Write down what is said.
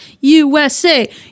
USA